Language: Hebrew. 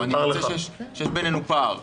או אני מוצא שיש בינינו פער.